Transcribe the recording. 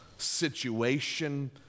situation